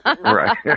Right